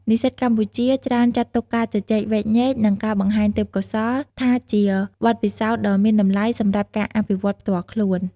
និស្សិតកម្ពុជាច្រើនចាត់ទុកការជជែកវែកញែក និងការបង្ហាញទេពកោសល្យថាជាបទពិសោធន៍ដ៏មានតម្លៃសម្រាប់ការអភិវឌ្ឍផ្ទាល់ខ្លួន។